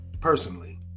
personally